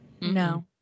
no